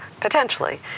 potentially